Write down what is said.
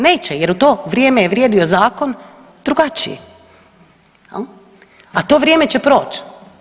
Neće jer u to vrijeme je vrijedio zakon drugačiji, a to vrijeme će proć.